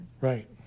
Right